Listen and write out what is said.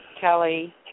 Kelly